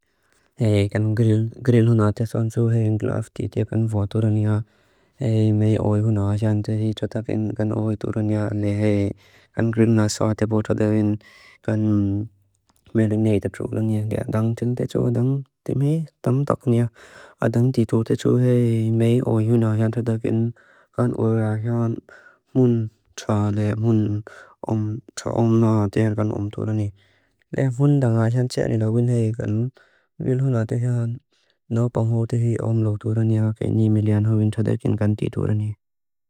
Hei kan grill, grill huna tesoansu hei ngilaf titia kan vua turania, hei mei oiu na axan titua takin kan oiu turania, le hei kan grill na sate bota takin kan merinatetruk langia. Adang titua teso, adang timhi, tam taknia, adang titua teso hei mei oiu na axan titua takin kan oiu axan mun, tra le mun, om, tra om na tia kan om turania. Le fun da nga axan tia ni la win hei kan grill huna tesoansu, no pao ho tehi om lo turania, ke ni me lian ho vin tra takin kan titua rani.